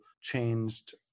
changed